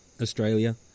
Australia